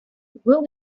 will